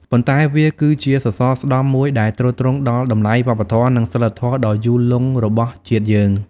ប៉ុន្តែវាគឺជា សរសរស្តម្ភ មួយដែលទ្រទ្រង់ដល់តម្លៃវប្បធម៌ និងសីលធម៌ដ៏យូរលង់របស់ជាតិយើង។